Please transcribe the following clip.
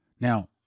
Now